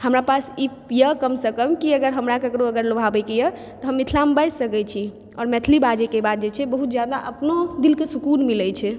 हमरा पास ई यऽ कम सँ कम कि अगर हमरा ककरो अगर लोभाबैके यऽ तऽ हम मिथिलामे बाजि सकै छी आओर मैथिली बाजैके बाद जे छै से बहुत जादा अपनो दिलके सुकून मिलै छै